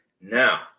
Now